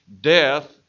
death